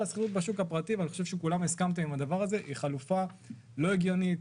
שהיא חלופה לא הגיונית,